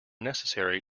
necessary